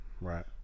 right